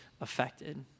affected